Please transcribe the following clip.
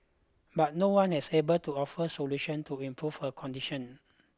but no one has able to offer solutions to improve her condition